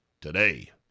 today